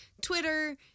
Twitter